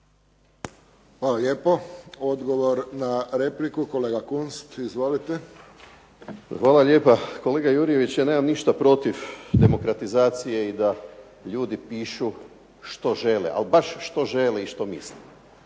Hvala lijepo. Odgovor na repliku, kolega Kunst. Izvolite. **Kunst, Boris (HDZ)** Hvala lijepa. Kolega Jurjević, ja nemam ništa protiv demokratizacije i da ljudi pišu što žele, ali baš što žele i što misle,